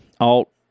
alt